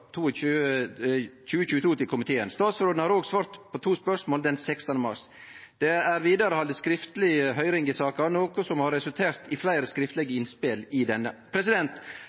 februar 2022 til komiteen. Statsråden har òg svart på to spørsmål den 16. mars. Det er vidare blitt halde skriftleg høyring i saka, noko som har resultert i fleire skriftlege innspel i denne.